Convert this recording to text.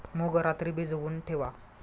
मूग रात्री भिजवून ठेवा